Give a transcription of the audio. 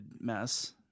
mess